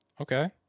Okay